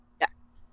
Yes